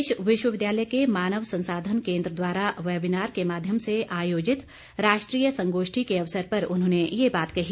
प्रदेश विश्वविद्यालय के मानव संसाधन केन्द्र द्वारा वैबीनार के माध्यम से आयोजित राष्ट्रीय संगोष्ठी के अवसर पर उन्होंने ये बात कही